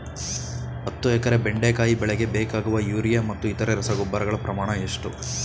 ಹತ್ತು ಎಕರೆ ಬೆಂಡೆಕಾಯಿ ಬೆಳೆಗೆ ಬೇಕಾಗುವ ಯೂರಿಯಾ ಮತ್ತು ಇತರೆ ರಸಗೊಬ್ಬರಗಳ ಪ್ರಮಾಣ ಎಷ್ಟು?